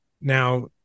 now